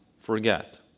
forget